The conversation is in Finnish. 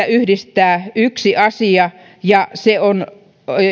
yhdistää yksi asia ja se on